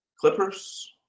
Clippers